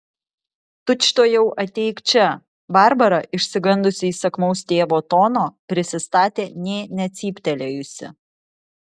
tučtuojau ateik čia barbara išsigandusi įsakmaus tėvo tono prisistatė nė necyptelėjusi